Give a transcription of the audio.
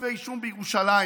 כתבי אישום בירושלים